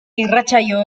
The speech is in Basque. irratsaio